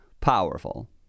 powerful